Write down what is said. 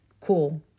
Cool